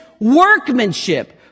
workmanship